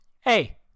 Hey